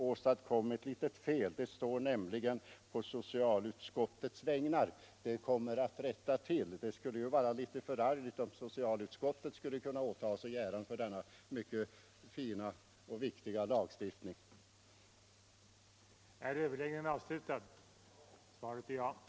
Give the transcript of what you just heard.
Under betänkandet står ”på socialutskottets vägnar”. Det skulle vara förargligt om socialutskottet skulle kunna ta åt sig äran för denna mycket fina och viktiga lagstiftning, och detta kommer att ändras till ”socialförsäkringsutskottets”.